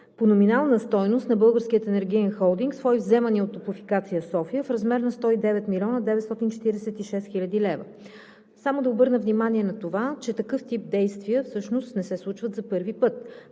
по номинална стойност на Българския енергиен холдинг свои вземания от „Топлофикация София“ в размер на 109 млн. 946 хил. лв. Само да обърна внимание на това, че такъв тип действия всъщност не се случват за първи път.